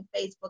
facebook